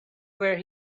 where